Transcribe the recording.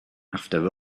after